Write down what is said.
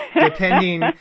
depending